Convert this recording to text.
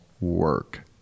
work